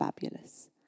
Fabulous